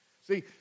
See